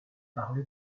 parle